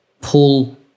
pull